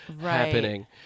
happening